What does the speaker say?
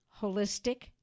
holistic